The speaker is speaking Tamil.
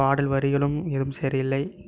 பாடல் வரிகளும் எதுவும் சரியில்லை